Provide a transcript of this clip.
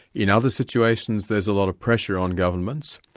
in other situations there's a lot of pressure on governments.